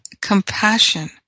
compassion